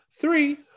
Three